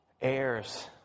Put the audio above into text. heirs